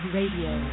Radio